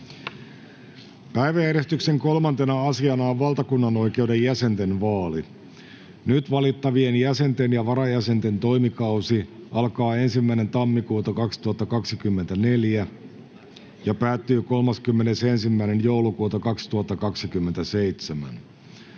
Päiväjärjestyksen 3. asiana on valtakunnanoikeuden jäsenten vaali. Nyt valittavien jäsenten ja varajäsenten toimikausi alkaa 1.1.2024 ja päättyy 31.12.2027.